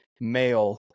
male